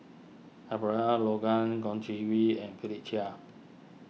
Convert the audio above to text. Abraham Logan Chong Kee Hiong and Philip Chia